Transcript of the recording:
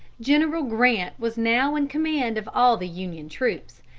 general grant was now in command of all the union troops,